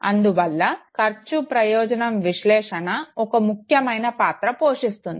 అంధువల్ల ఖర్చు ప్రయోజనం విశ్లేషణ ఒక ముఖ్యమైన పాత్ర పోషిస్తుంది